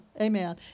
Amen